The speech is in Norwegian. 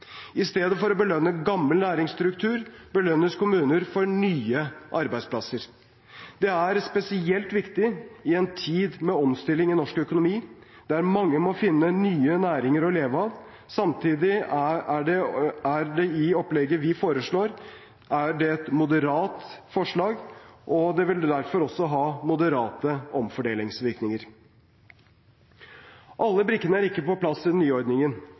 I stedet for å belønne gammel næringsstruktur belønnes kommuner for nye arbeidsplasser. Det er spesielt viktig i en tid med omstilling i norsk økonomi, der mange må finne nye næringer å leve av. Samtidig er det opplegget vi foreslår, moderat, og det vil derfor også ha moderate omfordelingsvirkninger. Alle brikkene er ikke på plass i den